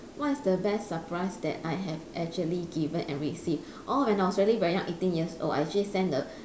what is the best surprise that I have actually given and received oh when I was early very young eighteen years old I actually sent the